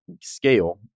scale